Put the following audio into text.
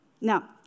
Now